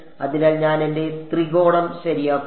അതിനാൽ ഞാൻ എന്റെ ത്രികോണം ശരിയാക്കുന്നു